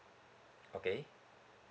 okay